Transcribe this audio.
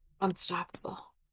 Unstoppable